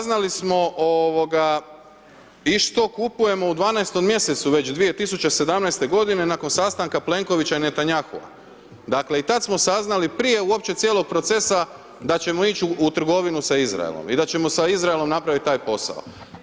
Saznali smo, isto kupujemo u 12. mjesecu već 2017. godine nakon sastanka Plenkovića i Natanyahua, dakle i tada smo saznali prije uopće cijelog procesa da ćemo ići u trgovinu sa Izraelom i da ćemo sa Izraelom napraviti taj posao.